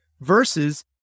versus